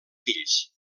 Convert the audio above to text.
fills